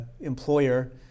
employer